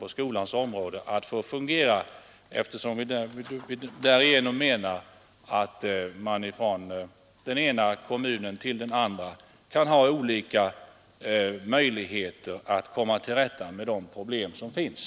Vi menar att det därigenom blir möjligt att i de olika kommunerna med deras skiftande förutsättningar komma till rätta med en del av de bekymmer som finns.